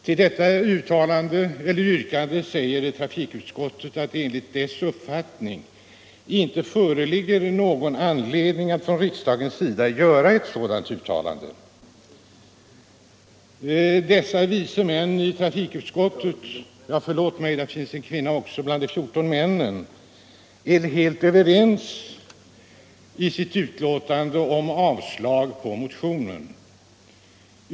Till detta yrkande säger trafikutskottet att det enligt dess uppfattning inte föreligger någon anledning att från riksdagens sida göra ett sådant uttalande. Dessa vise män i trafikutskottet — förlåt mig; där finns också en kvinna bland de fjorton männen! — är i sitt utlåtande helt överens om avslag på motionen.